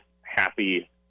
happy